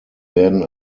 werden